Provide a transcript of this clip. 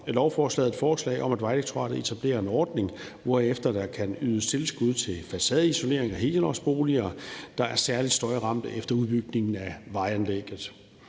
lovforslaget et forslag om, at Vejdirektoratet etablerer en ordning, hvorefter der kan ydes tilskud til facadeisolering af helårsboliger, der er særlig støjramte efter udbygningen af vejanlægget.